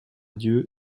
dieu